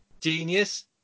genius